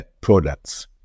products